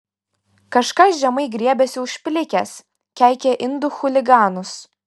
kažkas žemai griebiasi už plikės keikia indų chuliganus